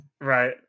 right